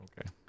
Okay